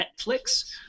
Netflix